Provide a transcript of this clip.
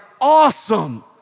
awesome